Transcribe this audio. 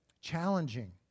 challenging